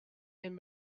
and